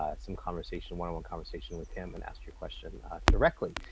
ah some conversation, one on one conversation with him and ask your question directly.